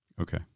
Okay